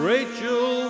Rachel